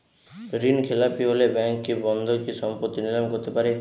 ঋণখেলাপি হলে ব্যাঙ্ক কি বন্ধকি সম্পত্তি নিলাম করতে পারে?